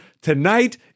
Tonight